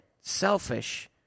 selfish –